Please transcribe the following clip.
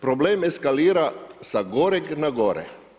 Problem eskalira sa goreg na gore.